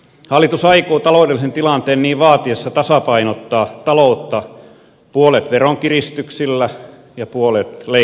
hallitus aikoo taloudellisen tilanteen niin vaatiessa tasapainottaa taloutta puolet veronkiristyksillä ja puolet leikkauksilla